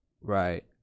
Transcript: Right